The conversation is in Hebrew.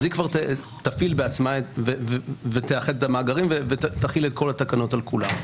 אז היא כבר תפעיל בעצמה ותאחד את המאגרים ותחיל את כל התקנות על כולם.